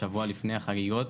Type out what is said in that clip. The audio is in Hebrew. שבוע לפני החגיגות,